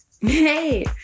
hey